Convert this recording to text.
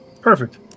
Perfect